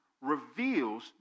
reveals